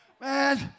Man